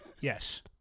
Yes